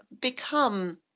become